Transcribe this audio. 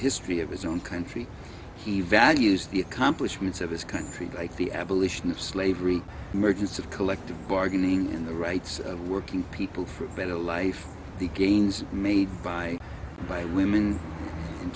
history of his own country he values the accomplishments of his country like the abolition of slavery emergence of collective bargaining in the rights of working people for a better life the gains made by by women in